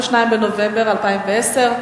22 בנובמבר 2010,